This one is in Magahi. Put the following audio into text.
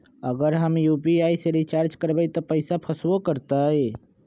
अगर हम यू.पी.आई से रिचार्ज करबै त पैसा फसबो करतई?